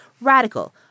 Radical